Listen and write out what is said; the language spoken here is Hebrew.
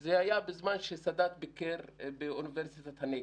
זה היה בזמן שסאדאת ביקר באוניברסיטת הנגב.